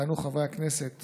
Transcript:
יכהנו חברי הכנסת